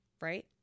Right